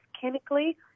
chemically